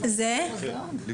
זה יותר זול.